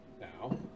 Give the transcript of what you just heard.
Now